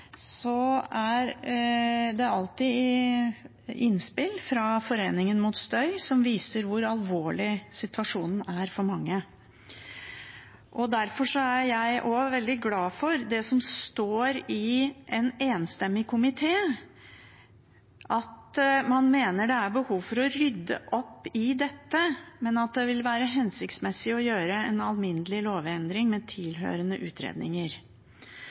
alltid innspill fra Norsk forening mot støy som viser hvor alvorlig situasjonen er for mange. Derfor er jeg veldig glad for det som står i innstillingen fra en enstemmig komité, at man mener det er behov for å rydde opp i dette, men at det vil være hensiktsmessig å gjøre en alminnelig lovendring med tilhørende utredninger.